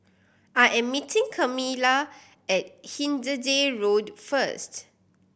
I am meeting Camila at Hindhede Road first